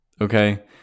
Okay